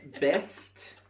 Best